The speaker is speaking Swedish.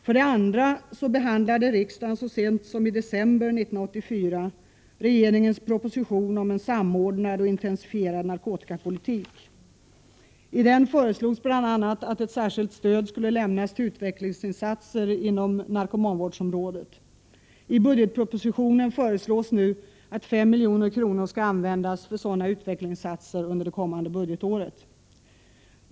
För det andra behandlade riksdagen så sent som i december 1984 regeringens proposition om en samordnad och intensifierad narkotikapolitik. I propositionen föreslogs bl.a. att ett särskilt stöd skulle lämnas till utvecklingsinsatser inom narkomanvårdsområdet. I budgetpropositionen föreslås nu att 5 milj.kr. skall användas för sådana utvecklingsinsatser under det kommande budgetåret.